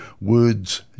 words